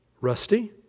Rusty